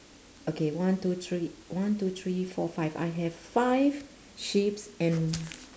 okay one two three one two three four five I have five sheeps and